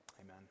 Amen